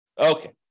Okay